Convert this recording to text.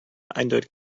eindeutig